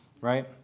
right